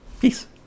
Peace